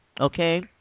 Okay